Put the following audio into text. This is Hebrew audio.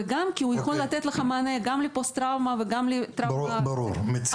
וגם כי הוא יכול לתת מענה גם לפוסט טראומה וגם לטראומה עכשווית.